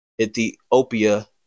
Ethiopia